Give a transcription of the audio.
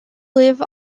live